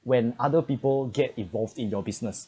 when other people get involved in your business